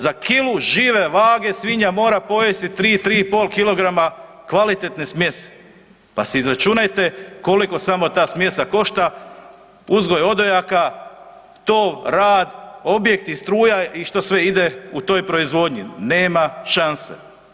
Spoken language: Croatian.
Za kilu žive vage svinja mora pojesti 3, 3,5 kilograma kvalitetne smjese, pa si izračunajte koliko samo ta smjesa košta, uzgoj odojaka, to, rad, objekti, struja, i što sve ide u toj proizvodnji, nema šanse.